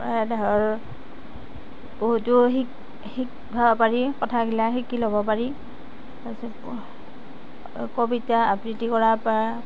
বহুতো শিকি ল'ব পাৰি কথাবিলাক শিকি ল'ব পাৰি কবিতা আবৃত্তি কৰাৰ পৰা